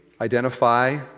identify